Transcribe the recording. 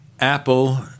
Apple